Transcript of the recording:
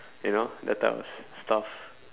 you know that type of s~ stuff